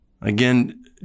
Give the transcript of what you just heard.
again